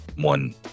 one